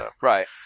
Right